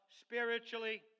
Spiritually